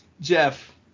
Jeff